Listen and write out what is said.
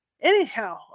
Anyhow